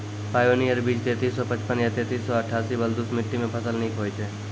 Pioneer बीज तेंतीस सौ पचपन या तेंतीस सौ अट्ठासी बलधुस मिट्टी मे फसल निक होई छै?